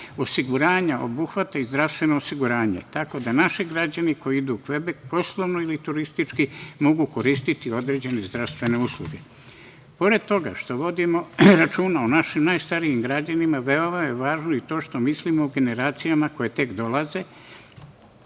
osiguranja, obuhvata i zdravstveno osiguranje, tako da naši građani koji idu u Kvebek poslovno ili turistički mogu koristiti određene zdravstvene usluge. Pored toga što vodimo računa o našim najstarijim građanima, veoma je važno i to što mislimo o generacijama koje tek dolaze.